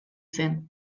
zen